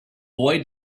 boy